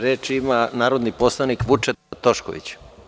Reč ima narodni poslanik Vučeta Tošković.